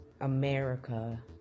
America